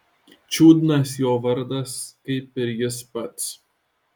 čiudnas jo vardas kaip ir jis pats